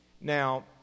Now